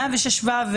106ו,